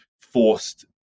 forced